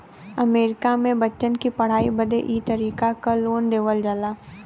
अमरीका मे बच्चन की पढ़ाई बदे ई तरीके क लोन देवल जाला